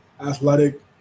Athletic